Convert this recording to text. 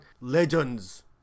legends